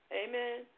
amen